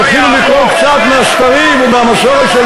תתחילו לקרוא קצת מהספרים ומהמסורת של